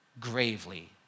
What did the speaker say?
gravely